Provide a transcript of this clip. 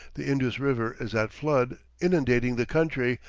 the indus river is at flood, inundating the country,